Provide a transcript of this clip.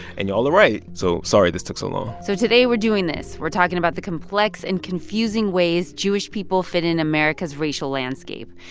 and you all are right, so sorry this took so long so today, we're doing this. we're talking about the complex and confusing ways jewish people fit in america's racial landscape.